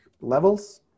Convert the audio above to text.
levels